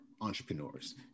entrepreneurs